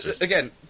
Again